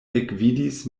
ekvidis